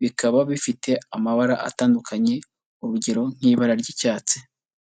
bikaba bifite amabara atandukanye urugero nk'ibara ry'icyatsi.